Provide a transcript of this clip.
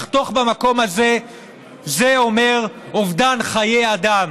לחתוך במקום הזה זה אומר אובדן חיי אדם.